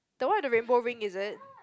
the one with the rainbow ring is it